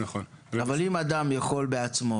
אבל אם אדם יכול לפנות בעצמו,